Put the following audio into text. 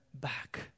back